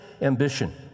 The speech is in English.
ambition